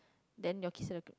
then your kids have to